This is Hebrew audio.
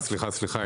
סליחה, סליחה.